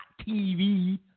tv